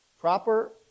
Proper